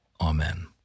Amen